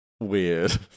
weird